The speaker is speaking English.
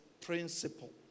principle